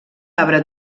arbre